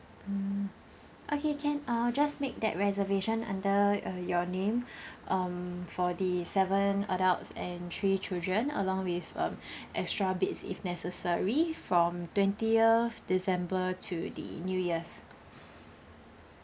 mm okay can I'll just make that reservation under your your name um for the seven adults and three children along with um extra beds if necessary from twentieth december to the new years